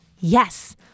yes